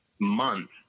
month